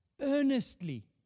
earnestly